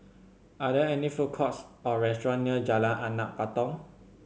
are there any food courts or restaurants near Jalan Anak Patong